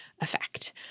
effect